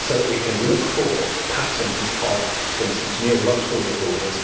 so that we can look for patterns of, for instance, neurological disorders,